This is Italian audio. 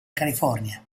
california